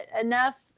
enough